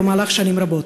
במהלך שנים רבות.